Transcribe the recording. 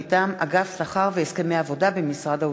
מטעם אגף שכר והסכמי עבודה במשרד האוצר.